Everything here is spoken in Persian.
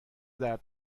درد